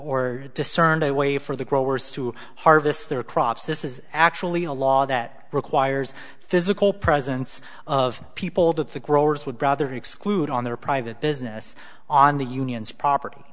to discern a way for the growers to harvest their crops this is actually a law that requires physical presence of people that the growers would rather exclude on their private business on the union's property